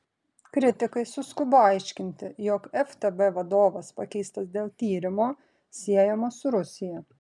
kritikai suskubo aiškinti jog ftb vadovas pakeistas dėl tyrimo siejamo su rusija